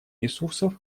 ресурсов